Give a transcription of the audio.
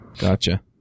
Gotcha